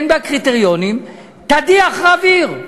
אין בה קריטריונים, תדיח באוויר.